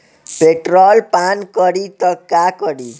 Petrol पान करी त का करी?